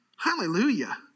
Hallelujah